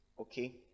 okay